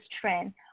trend